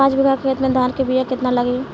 पाँच बिगहा खेत में धान के बिया केतना लागी?